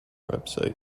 website